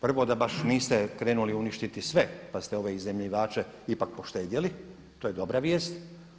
Prvo da baš niste krenuli uništiti sve pa ste ove iznajmljivače ipak poštedjeli, to je dobra vijest.